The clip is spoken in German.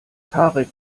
tarek